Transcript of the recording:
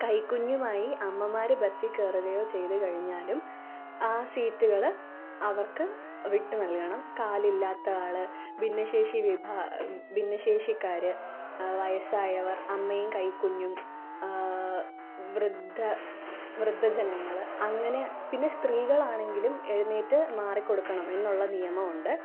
കൈക്കുഞ്ഞുമായി അമ്മമാർ ബസ്സിൽ കയറുകയോ ചെയ്തു കഴിഞ്ഞാലും ആ സീറ്റുകൾ അവർക്ക് വിട്ടു നൽകണം കാലില്ലാത്ത ആൾ ഭിന്നശേഷി ഭിന്നശേഷിക്കാർ വയസ്സായവർ അമ്മയും കൈകുഞ്ഞും വൃദ്ധ വൃദ്ധജനങ്ങൾ അങ്ങനെ പിന്നെ സ്ത്രീകളാണെങ്കിലും എഴുന്നേറ്റ് മാറിക്കൊടുക്കണം എന്നുള്ള നിയമം ഉണ്ട്